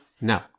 no